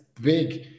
big